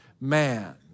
man